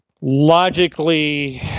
logically